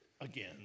Again